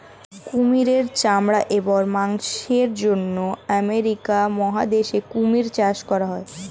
কুমিরের চামড়া এবং মাংসের জন্য আমেরিকা মহাদেশে কুমির চাষ করা হয়